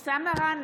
מראענה,